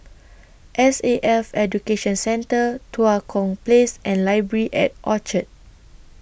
S A F Education Centre Tua Kong Place and Library At Orchard